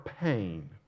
pain